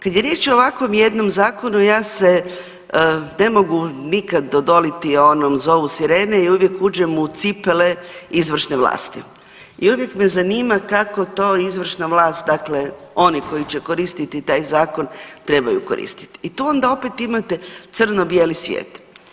Kad je riječ o ovakvom jednom zakonu ja se ne mogu nikada odoliti onom zovu sirene i uvijek uđem u cipele izvršne vlasti i uvijek me zanima kako to izvršna vlast dakle oni koji će koristiti taj zakon trebaju koristiti i tu ona opet imate crno bijeli svijet.